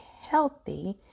healthy